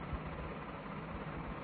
g x16 x15 x2 1